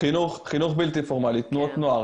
חינוך בלתי פורמלי, תנועות נוער.